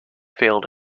failed